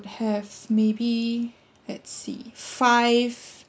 have maybe let's see five